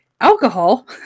Alcohol